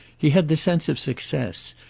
he had the sense of success,